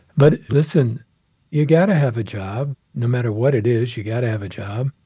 but, listen you got to have a job. no matter what it is, you got to have a job.